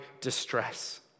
distress